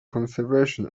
conservation